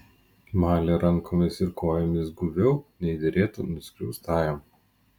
malė rankomis ir kojomis guviau nei derėtų nuskriaustajam